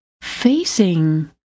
facing